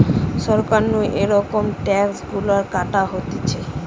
সরকার নু এরম ট্যাক্স গুলা কাটা হতিছে